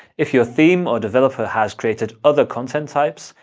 if your theme or developer has created other content types,